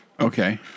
Okay